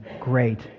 great